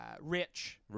Rich